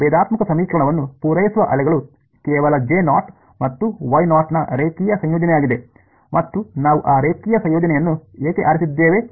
ನಮ್ಮ ಭೇದಾತ್ಮಕ ಸಮೀಕರಣವನ್ನು ಪೂರೈಸುವ ಅಲೆಗಳು ಕೇವಲ ಜೆ ನಾಟ್ ಮತ್ತು ವೈ ನಾಟ್ ನ ರೇಖೀಯ ಸಂಯೋಜನೆಯಾಗಿದೆ ಮತ್ತು ನಾವು ಆ ರೇಖೀಯ ಸಂಯೋಜನೆಯನ್ನು ಏಕೆ ಆರಿಸಿದ್ದೇವೆ